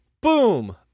Boom